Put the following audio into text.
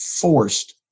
forced